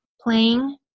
playing